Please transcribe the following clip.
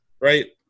right